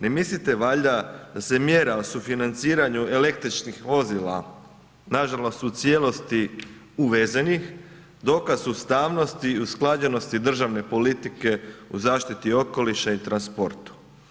Ne mislite valjda da se mjera o sufinanciranju električnih vozila, nažalost u cijelosti uvezenih, dokaz su ustavnosti i usklađenosti državne politike u zaštiti okoliša i transportu.